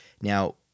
Now